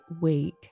week